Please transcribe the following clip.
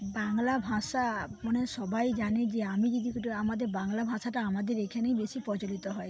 বাংলা ভাষা মানে সবাই জানে যে আমি যদি আমাদের বাংলা ভাষাটা আমাদের এখানেই বেশি প্রচলিত হয়